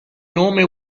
nome